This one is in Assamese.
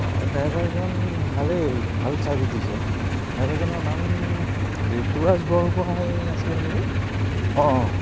অঁ ড্ৰাইভাৰজন ভালেই ভাল ছাৰ্ভিচ দিছে ড্ৰাইভাৰজনৰ নাম ঋতুৰাজ বৰগোহাঁই আছিলে নেকি অঁ